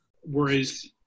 Whereas